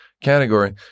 category